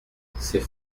c’est